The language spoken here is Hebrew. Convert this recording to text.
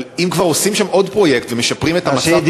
אבל אם כבר עושים שם עוד פרויקט ומשפרים את המצב,